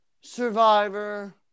Survivor